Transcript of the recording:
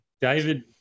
David